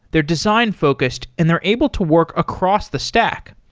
they're design-focused, and they're able to work across the stack.